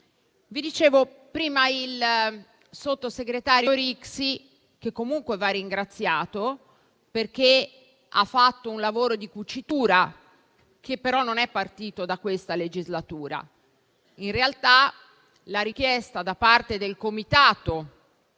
nel nostro Paese. Il sottosegretario Rixi va altresì ringraziato, perché ha fatto un lavoro di cucitura che però non è partito da questa legislatura: in realtà la richiesta da parte del Comitato